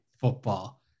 football